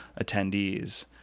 attendees